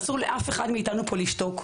אסור לאף אחד מאיתנו פה לשתוק.